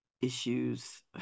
issues